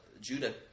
Judah